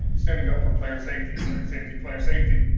standing up for player safety, safety, player safety.